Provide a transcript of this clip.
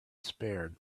spared